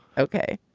ok,